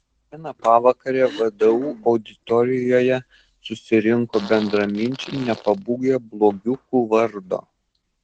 vieną pavakarę vdu auditorijoje susirinko bendraminčiai nepabūgę blogiukų vardo